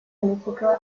political